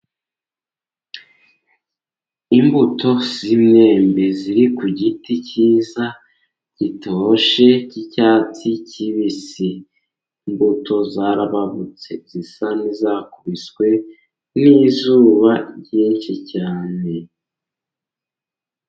Imbuto z' imyembe ziri ku giti cyiza gitoshye cy' icyatsi kibisi, imbuto zarababutse, zisa nizakubiswe n' izuba ryinshi cyane.